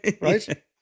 right